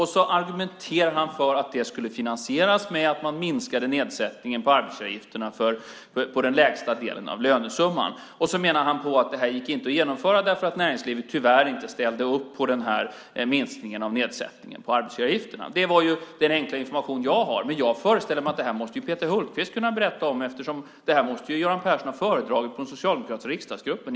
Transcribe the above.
Han argumenterade för att det skulle finansieras med att man minskade nedsättningen på arbetsgivaravgifterna på den lägsta delen av lönesumman. Han menade att det inte gick att genomföra därför att näringslivet tyvärr inte ställde upp på minskningen av nedsättningen på arbetsgivaravgifterna. Det är den enkla information jag har. Men jag föreställer mig att Peter Hultqvist måste kunna berätta om detta, eftersom Göran Persson måste ha föredragit det här för den socialdemokratiska riksdagsgruppen.